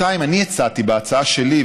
2. אני הצעתי בהצעה שלי,